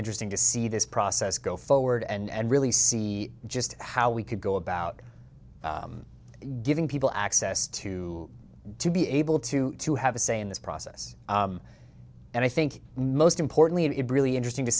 interesting to see this process go forward and really see just how we could go about giving people access to to be able to to have a say in this process and i think most importantly and it really interesting to